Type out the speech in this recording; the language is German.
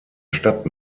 stadt